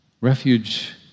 Refuge